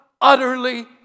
utterly